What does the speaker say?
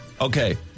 Okay